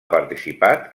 participat